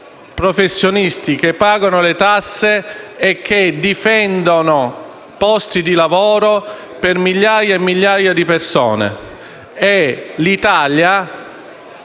professionisti, che pagano le tasse e che difendono posti di lavoro per migliaia e migliaia di persone. L'Italia